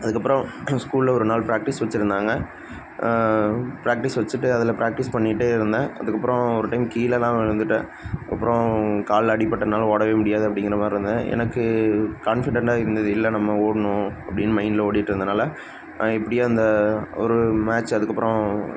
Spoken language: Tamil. அதுக்கப்புறம் எங்கள் ஸ்கூலில் ஒரு நாள் ப்ராக்டிஸ் வெச்சுருந்தாங்க ப்ராக்டிஸ் வெச்சுட்டு அதில் ப்ராக்டிஸ் பண்ணிகிட்டே இருந்தேன் அதுக்கப்புறம் ஒரு டைம் கீழேல்லாம் விழுந்துவிட்டேன் அப்புறம் காலில் அடிப்பட்டதுனால் ஓடவே முடியாது அப்படிங்கிற மாதிரி இருந்தேன் எனக்கு கான்ஃபிடெண்ட்டாக இருந்தது இல்லை நம்ம ஓடணும் அப்படின்னு மைண்ட்டில் ஓடிகிட்ருந்தனால எப்படியோ அந்த ஒரு ஒரு மேட்ச் அதுக்கப்புறம்